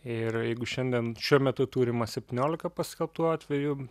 ir jeigu šiandien šiuo metu turima septyniolika paskelbtų atvejų